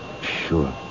Sure